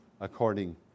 according